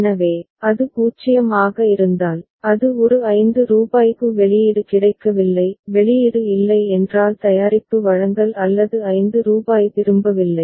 எனவே அது 0 ஆக இருந்தால் அது ஒரு ரூபாய் 5 க்கு வெளியீடு கிடைக்கவில்லை வெளியீடு இல்லை என்றால் தயாரிப்பு வழங்கல் அல்லது 5 ரூபாய் திரும்பவில்லை